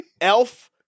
Elf